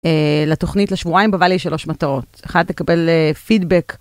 לתוכנית לשבועיים בוואלי יש שלוש מטרות: אחת לקבל פידבק,